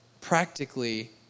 practically